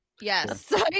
Yes